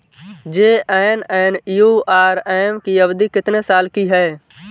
JNNURM की अवधि कितने साल की है?